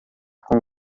com